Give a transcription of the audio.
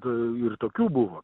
ir tokių buvo